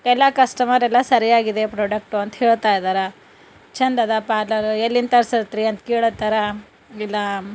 ಎಲ್ಲ ಕಸ್ಟಮರೆಲ್ಲ ಸರಿಯಾಗಿದೆ ಪ್ರಾಡಕ್ಟು ಅಂತ ಹೇಳ್ತಾಯಿದಾರೆ ಛಂದದ ಪಾರ್ಲರು ಎಲ್ಲಿಂದ ತರ್ಸತ್ತೀರಿ ಅಂತ ಕೇಳತ್ತರ ಇಲ್ಲ